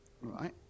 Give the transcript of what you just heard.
right